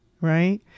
right